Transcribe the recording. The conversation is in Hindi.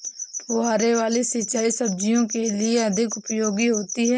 फुहारे वाली सिंचाई सब्जियों के लिए अधिक उपयोगी होती है?